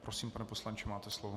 Prosím, pane poslanče, máte slovo.